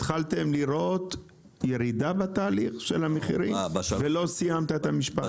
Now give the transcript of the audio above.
התחלתם לראות ירידה בתהליך של המחירים ולא סיימת את המשפט.